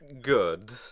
good